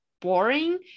boring